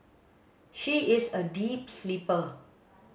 she is a deep sleeper